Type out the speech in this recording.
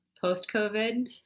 Post-COVID